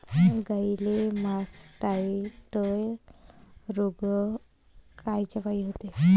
गाईले मासटायटय रोग कायच्यापाई होते?